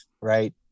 right